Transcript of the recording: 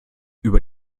über